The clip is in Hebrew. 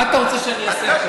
מה אתה רוצה שאני אעשה?